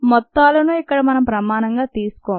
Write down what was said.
మొత్తాలను ఇక్కడ మనం ప్రమాణంగా తీసుకోం